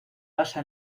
basa